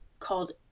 called